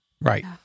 Right